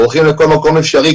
בורחים לכל מקום אפשרי,